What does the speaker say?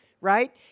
right